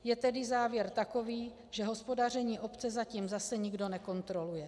Je tedy závěr takový, že hospodaření obce zatím zase nikdo nekontroluje.